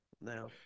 No